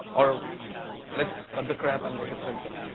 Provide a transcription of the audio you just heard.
or let's cut the crap and make it simple.